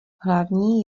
hlavní